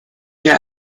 der